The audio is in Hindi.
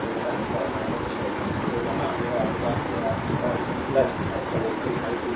तो यह होगा 6 तो यहाँ यह आपका क्या कॉल आपका वोल्टेज आई चिह्नित नहीं हूं